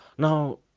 Now